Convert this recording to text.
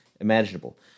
imaginable